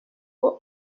for